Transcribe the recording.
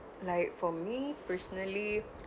like for me personally